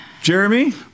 Jeremy